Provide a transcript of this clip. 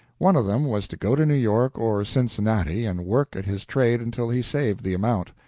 one of them was to go to new york or cincinnati and work at his trade until he saved the amount.